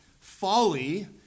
folly